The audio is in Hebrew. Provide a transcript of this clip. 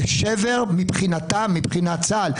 זה שבר מבחינת צה"ל,